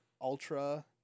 Ultra